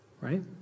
right